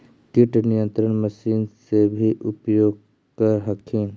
किट नियन्त्रण मशिन से भी उपयोग कर हखिन?